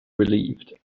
relieved